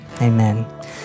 amen